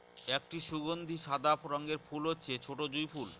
একটি সুগন্ধি সাদা রঙের ফুল হচ্ছে ছোটো জুঁই ফুল